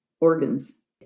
organs